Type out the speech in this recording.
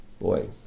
boy